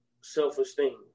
self-esteem